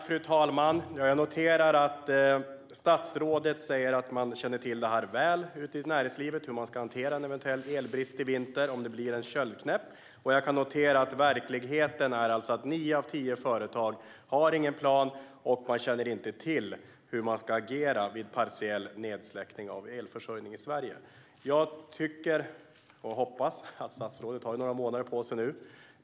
Fru talman! Jag noterar att statsrådet säger att man ute i näringslivet mycket väl känner till hur man ska hantera en eventuell elbrist i vinter om det blir en köldknäpp. Men verkligheten är att nio av tio företag inte har någon plan för detta och inte känner till hur man ska agera vid partiell nedsläckning av elförsörjningen i Sverige. Statsrådet har nu några månader på sig.